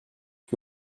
que